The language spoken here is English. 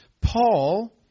Paul